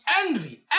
envy